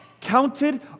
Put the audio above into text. counted